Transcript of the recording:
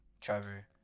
Trevor